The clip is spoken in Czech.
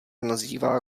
nazývá